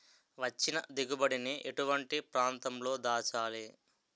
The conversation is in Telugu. వచ్చిన దిగుబడి ని ఎటువంటి ప్రాంతం లో దాచాలి?